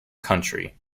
country